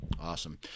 Awesome